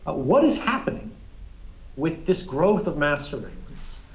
what is happening with this growth of mass surveillance,